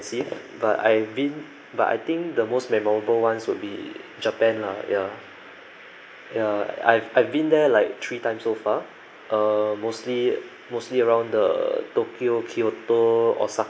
but I been but I think the most memorable ones will be japan lah yeah yeah I've I've been there like three times so far uh mostly mostly around the tokyo kyoto osaka